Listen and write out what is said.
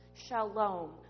Shalom